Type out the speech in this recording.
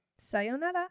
Sayonara